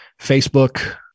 Facebook